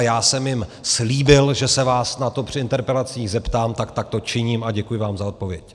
Já jsem jim slíbil, že se vás na to při interpelacích zeptám, tak takto činím a děkuji vám za odpověď.